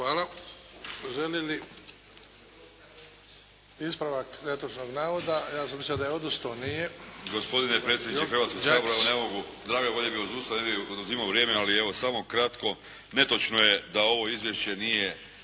Hvala. Želi li, ispravak netočnog navoda. Ja sam mislio da je odust'o. Nije.